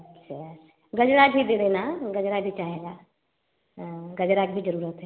अच्छा गजरा भी दे देना गजरा भी चाहेगा गजरा की ज़रूरत है